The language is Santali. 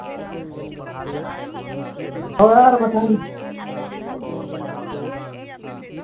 ᱦᱳᱭ ᱟᱨ ᱵᱟᱠᱷᱟᱱ